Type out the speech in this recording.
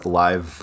live